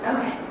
Okay